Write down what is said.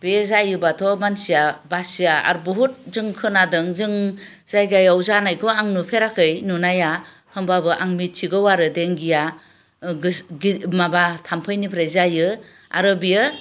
बे जायोबाथ' मानसिया बासिया आरो बहुत जों खोनादों जों जायगायाव जानायखौ आं नुफेराखै नुनाया होनबाबो आं मिथिगौ आरो देंगिया माबा थामफैनिफ्राय जायो आरो बेयो